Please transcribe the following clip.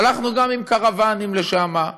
הלכנו גם עם קרוונים לשם,